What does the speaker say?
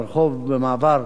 ברחוב,